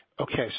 Okay